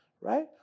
right